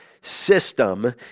system